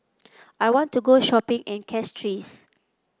I want to go shopping in Castries